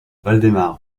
waldemar